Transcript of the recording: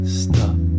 stop